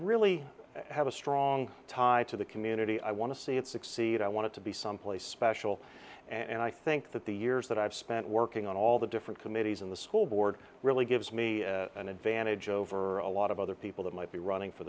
really have a strong tie to the community i want to see it succeed i want to be someplace special and i think that the years that i've spent working on all the different committees in the school board really gives me an advantage over a lot of other people that might be running for